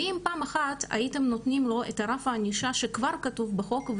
ואם פעם אחת הייתם נותנים לו את רף הענישה שכבר כתוב בחוק,